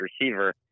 receiver